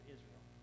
Israel